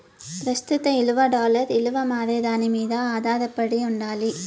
ప్రస్తుత ఇలువ డాలర్ ఇలువ మారేదాని మింద ఆదారపడి ఉండాలి